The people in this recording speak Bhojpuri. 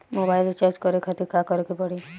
मोबाइल रीचार्ज करे खातिर का करे के पड़ी?